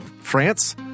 France